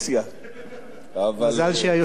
מזל שהיושב-ראש הוא מהקואליציה.